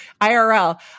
IRL